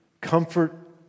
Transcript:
comfort